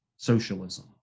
socialism